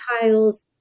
tiles